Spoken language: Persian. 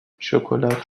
شکلات